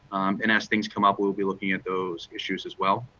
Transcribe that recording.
and as things come up, we will be looking at those issues as well.